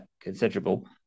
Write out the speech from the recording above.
considerable